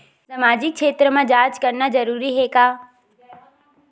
सामाजिक क्षेत्र म जांच करना जरूरी हे का?